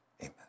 amen